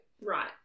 Right